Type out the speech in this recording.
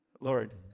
Lord